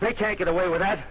they can get away with that